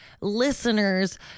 listeners